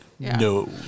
No